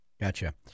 Gotcha